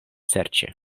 serĉi